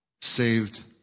saved